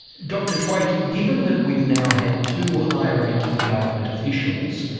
dr tveit given that we've now had two high ranking government officials,